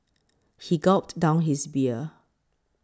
he gulped down his beer